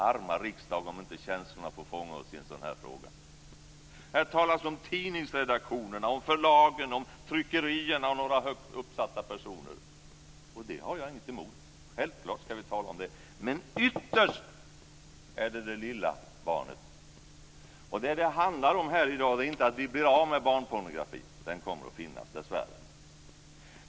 Arma riksdagen om inte känslorna får fånga oss i en sådan här fråga! Här talas det om tidningsredaktionerna, förlagen, tryckerierna och några högt uppsatta personer. Det har jag inget emot, självklart skall vi tala om dem, men ytterst är det det lilla barnet. Vad det handlar om i dag är inte att vi blir av med barnpornografin, den kommer dessvärre att finnas.